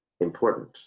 important